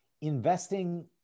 investing